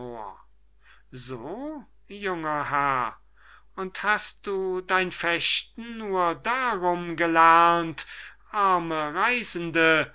so junger herr und hast du dein fechten nur darum gelernt arme reisende